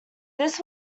this